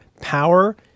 power